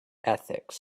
ethics